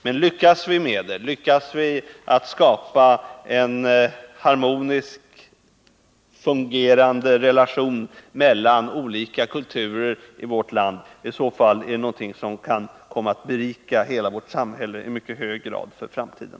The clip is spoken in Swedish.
Men lyckas vi med det och lyckas vi att skapa en harmonisk, fungerande relation mellan olika kulturer i vårt land är det någonting som kan komma att berika hela vårt samhälle i mycket hög grad för framtiden.